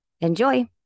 Enjoy